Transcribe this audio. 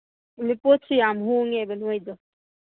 ꯄꯣꯠꯁꯤ ꯌꯥꯝ ꯍꯣꯡꯉꯦꯕ ꯅꯣꯏꯗꯨ